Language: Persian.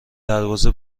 دروازه